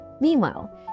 Meanwhile